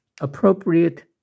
appropriate